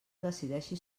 decideixi